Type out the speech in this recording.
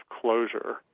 closure